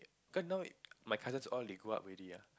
cause now my cousins all they grow up already ah